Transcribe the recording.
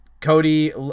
Cody